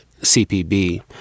cpb